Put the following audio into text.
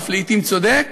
אף לעתים צודק,